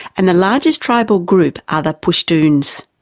and the largest tribal group are the pashtuns,